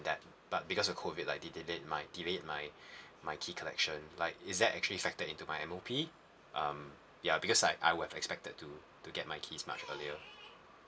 that but because of COVID nineteen they they delayed my my key collection like is that actually factored into my M_O_P um ya because like I was expected to to get my keys much earlier